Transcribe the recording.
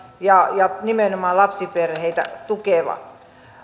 ja ja nimenomaan lapsiperheitä tukeva